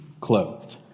clothed